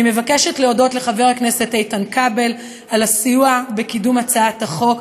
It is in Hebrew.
אני מבקשת להודות לחבר הכנסת איתן כבל על הסיוע בקידום הצעת החוק,